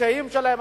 הקשיים שלהם.